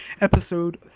episode